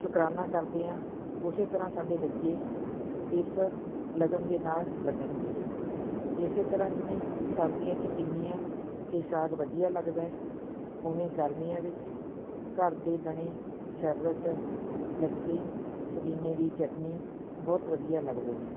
ਸ਼ੁਕਰਾਨਾ ਕਰਦੇ ਹਾਂ ਉਸੇ ਤਰ੍ਹਾਂ ਸਾਡੇ ਬੱਚੇ ਇਸ ਲਗਨ ਦੇ ਨਾਲ ਲੱਗਣਗੇ ਇਸੇ ਤਰ੍ਹਾਂ ਜਿਵੇਂ ਸਰਦੀਆਂ 'ਚ ਪਿੰਨੀਆਂ ਅਤੇ ਸਾਗ ਵਧੀਆ ਲੱਗਦਾ ਉਵੇਂ ਗਰਮੀਆਂ ਵਿੱਚ ਘਰ ਦੇ ਬਣੇ ਸ਼ਰਬਤ ਲੱਸੀ ਪੁਦੀਨੇ ਦੀ ਚਟਨੀ ਬਹੁਤ ਵਧੀਆ ਲੱਗਦੇ ਨੇ